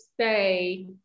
say